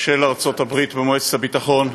של ארצות-הברית במועצת הביטחון.